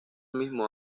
mismo